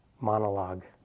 monologue